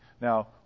Now